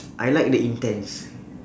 I like the intense